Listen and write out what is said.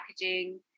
packaging